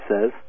says